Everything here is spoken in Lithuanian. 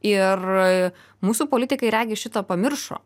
ir mūsų politikai regis šitą pamiršo